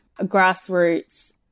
grassroots